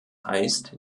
heißt